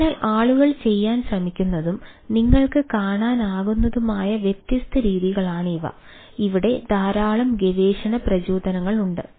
അതിനാൽ ആളുകൾ ചെയ്യാൻ ശ്രമിക്കുന്നതും നിങ്ങൾക്ക് കാണാനാകുന്നതുമായ വ്യത്യസ്ത രീതികളാണ് ഇവ ഇവിടെ ധാരാളം ഗവേഷണ പ്രചോദനങ്ങൾ ഉണ്ട്